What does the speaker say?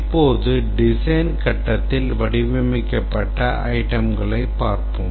இப்போது design கட்டத்தில் வடிவமைக்கப்பட்ட itemகளைப் பார்ப்போம்